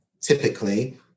typically